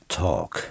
talk